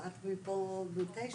אנחנו רוצים